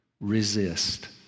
Resist